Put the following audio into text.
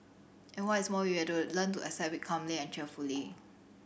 and what is more we have to learn to accept it calmly and cheerfully